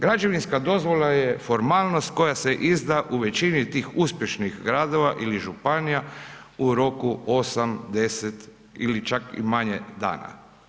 Građevinska dozvola je formalnost koja se izda u većini tih uspješnih gradova ili županija, u roku 8, 10 ili čak i manje dana.